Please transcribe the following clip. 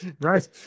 Right